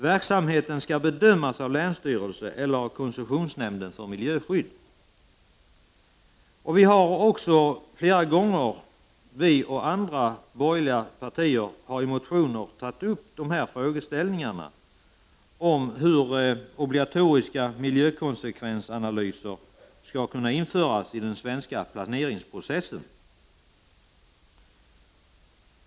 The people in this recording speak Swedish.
Verksamheten skall bedömas av länsstyrelse eller koncessionsnämnd för miljöskydd. Vi och andra borgerliga partier har flera gånger i motioner tagit upp frågan hur obligatoriska miljökonsekvensanalyser skall kunna införas i den svenska planeringsprocessen.